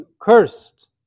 cursed